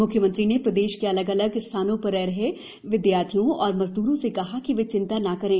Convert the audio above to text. मुख्यमंत्री ने प्रदेश के अलग अलग स्थानों पर रह रहे विद्यार्थियों और मजदूरों से कहा है कि वे भी चिन्ता न करें